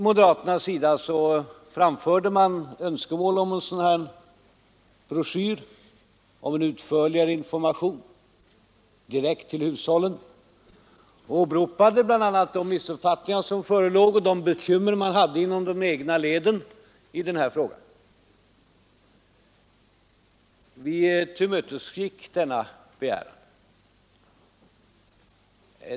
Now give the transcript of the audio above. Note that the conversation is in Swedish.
Moderaterna framförde önskemål om en sådan här broschyr med utförligare information direkt till hushållen och åberopade bl.a. de missuppfattningar som förelåg och de bekymmer man hade inom de egna leden i denna fråga. Vi tillmötesgick denna begäran.